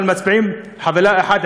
אבל מצביעים כחבילה אחת,